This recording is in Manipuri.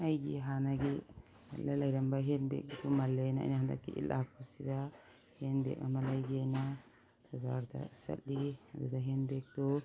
ꯑꯩꯒꯤ ꯍꯥꯟꯅꯒꯤ ꯂꯩꯔꯝꯕ ꯍꯦꯟ ꯕꯦꯒ ꯑꯗꯨ ꯃꯜꯂꯦꯅ ꯑꯩꯅ ꯍꯟꯗꯛꯀꯤ ꯏꯗ ꯂꯥꯛꯄꯁꯤꯗ ꯍꯦꯟ ꯕꯦꯒ ꯑꯃ ꯂꯩꯒꯦꯅ ꯕꯖꯥꯔꯗ ꯆꯠꯂꯤ ꯑꯗꯨꯗ ꯍꯦꯟ ꯕꯦꯒꯇꯨ